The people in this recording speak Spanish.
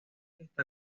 está